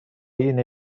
این